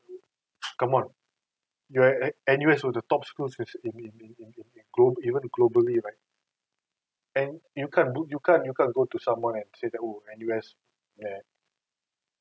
come on you're at N_U_S where the top schools in in in in in even globally right you can't you can't you can't go to someone and say that oh N_U_S eh